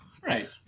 Right